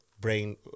brain